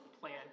plan